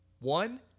one